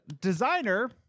designer